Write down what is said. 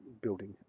building